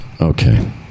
Okay